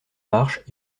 marche